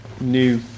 new